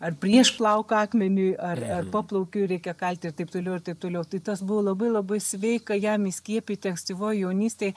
ar prieš plauką akmeniui ar ar paplaukiui reikia kalti ir taip toliau ir taip toliau tai tas buvo labai labai sveika jam įskiepyti ankstyvoj jaunystėj